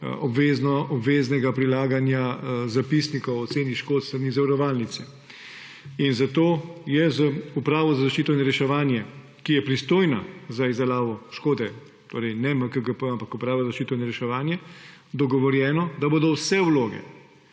obveznega prilaganja zapisnikov o oceni škod s strani zavarovalnice. Zato je z Upravo za zaščito in reševanje, ki je pristojna za izdelavo škode – torej ne MKGP, ampak Uprava za zaščito in reševanje – dogovorjeno, da bodo vse vloge,